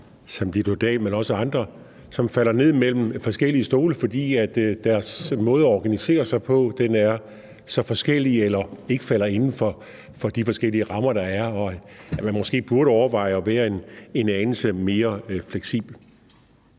som Ditlevsdal, men også andre, som falder ned mellem forskellige stole, fordi deres måde at organisere sig på er så forskellig fra andres eller ikke falder inden for de forskellige rammer, der er, og hvor man måske burde overveje at være en anelse mere fleksibel?